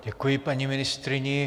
Děkuji paní ministryni.